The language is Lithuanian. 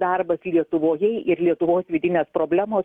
darbas lietuvoje ir lietuvos vidinės problemos